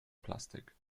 plastik